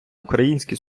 українське